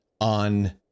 on